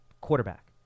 quarterback